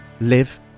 live